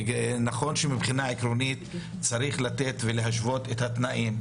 ונכון שמבחינה עקרונית צריך להשוות את התנאים,